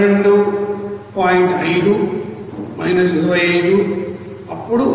5 25 అప్పుడు అది 37